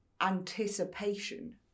anticipation